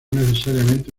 necesariamente